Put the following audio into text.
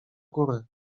górę